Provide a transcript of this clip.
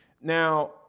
Now